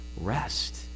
rest